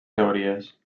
teories